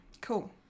cool